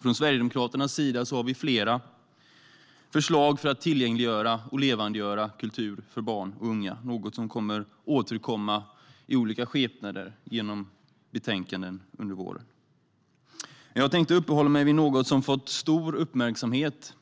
Från Sverigedemokraternas sida har vi flera förslag för att tillgängliggöra och levandegöra kultur för barn och unga, något som kommer att återkomma i olika skepnader i betänkanden under våren. Men jag tänkte uppehålla mig vid något som fått stor uppmärksamhet